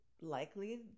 likely